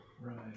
Right